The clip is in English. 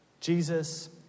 Jesus